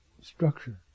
structure